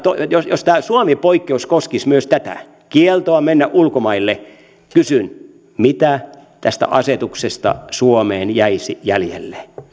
jos jos tämä suomi poikkeus koskisi myös kieltoa mennä ulkomaille kysyn mitä tästä asetuksesta suomeen jäisi jäljelle